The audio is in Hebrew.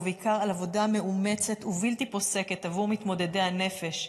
ובעיקר על עבודה מאומצת ובלתי פוסקת בעבור מתמודדי הנפש,